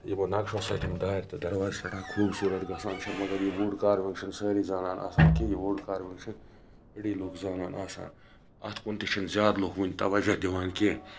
یِمو نَقشو سۭتۍ یِم دارِ تہٕ دَرواز چھِ ہیٚکان خوٗبصورَت گَژھان چھِ مَگَر یہِ وُڑ کاروِنٛگ چھِ نہٕ سٲری زانان آسان کینٛہہ یہِ وُڑ کاروِنٛگ چھِ أڑی لُکھ زانان آسان اتھ کُن تہِ چھِنہٕ زیادٕ لُکھ وُنہ تَوَجہَ دِوان کینٛہہ